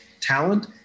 talent